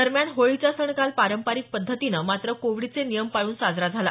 दरम्यान होळीचा सण काल पारंपरिक पद्धतीनं मात्र कोविडचे नियम पाळून साजरा झाला